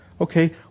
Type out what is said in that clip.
Okay